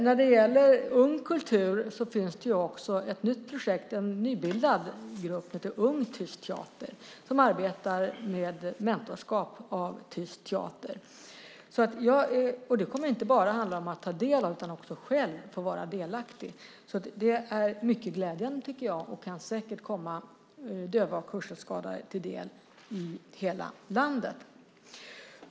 När det gäller Ung kultur finns det också ett nytt projekt med en nybildad grupp som heter Ung tyst teater, som arbetar med mentorskap av tyst teater. Det kommer inte bara att handla om att ta del av utan också om att själv få vara delaktig. Det är mycket glädjande, tycker jag, och kan säkert komma döva och hörselskadade till del i hela landet.